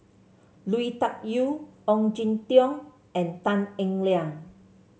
Lui Tuck Yew Ong Jin Teong and Tan Eng Liang